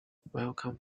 welcome